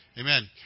Amen